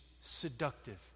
seductive